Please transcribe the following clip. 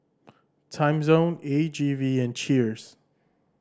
Timezone A G V and Cheers